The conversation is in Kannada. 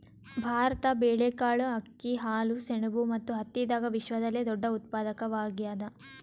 ಭಾರತ ಬೇಳೆಕಾಳ್, ಅಕ್ಕಿ, ಹಾಲು, ಸೆಣಬು ಮತ್ತು ಹತ್ತಿದಾಗ ವಿಶ್ವದಲ್ಲೆ ದೊಡ್ಡ ಉತ್ಪಾದಕವಾಗ್ಯಾದ